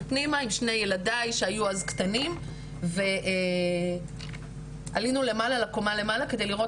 פנימה עם שני ילדיי שהיו אז קטנים ועלינו למעלה לקומה למעלה כדי לראות